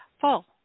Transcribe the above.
full